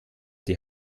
die